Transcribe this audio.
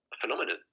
phenomenon